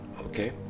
okay